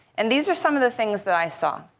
and these are some of the things that i saw.